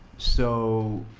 so